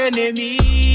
Enemy